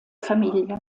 familie